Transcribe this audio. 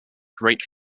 great